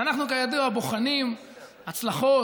ואנחנו כידוע בוחנים הצלחות,